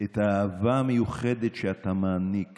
את האהבה המיוחדת שאתה מעניק